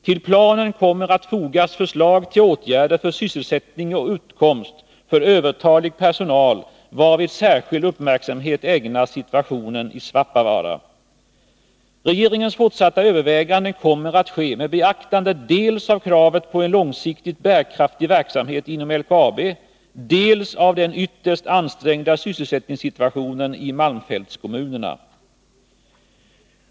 Till planen kommer att fogas förslag till åtgärder för sysselsättning och utkomst för övertalig personal, varvid särskild uppmärksamhet ägnas situationen i Svappavaara. 31 Regeringens fortsatta överväganden kommer att ske med beaktande dels av kravet på en långsiktigt bärkraftig verksamhet inom LKAB, dels av den ytterst ansträngda sysselsättningssituationen i malmfältskommunerna.